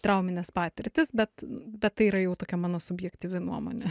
traumines patirtis bet bet tai yra jau tokia mano subjektyvi nuomonė